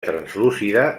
translúcida